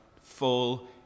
full